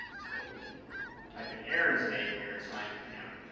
so we can type an aaron's name here and sign for him.